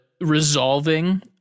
resolving